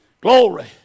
Glory